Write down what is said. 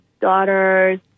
daughters